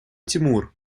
тимур